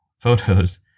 photos